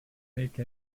make